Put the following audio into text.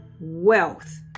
Wealth